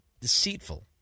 deceitful